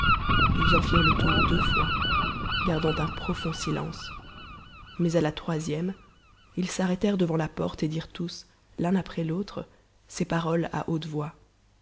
ils en firent le tour deux fois gardant un profond silence mais à la troisième ils s'arrêtèrent devant la porte et dirent tous l'un après l'autre ces paroles à haute voix